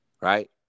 Right